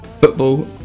Football